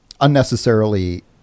unnecessarily